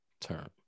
term